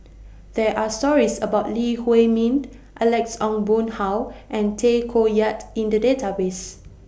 There Are stories about Lee Huei Mint Alex Ong Boon Hau and Tay Koh Yat in The Database